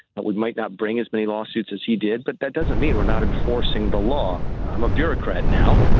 that we might not bring as many lawsuits as he did. but that doesn't mean we're not enforcing the law. i'm a bureaucrat now,